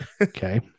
okay